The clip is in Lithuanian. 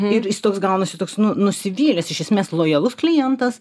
ir jis toks gaunasi toks nu nusivylęs iš esmės lojalus klientas